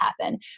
happen